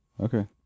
okay